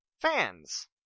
fans